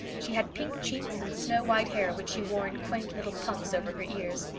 she had pink cheeks and snow-white hair which she wore in quaint little puffs over her ears.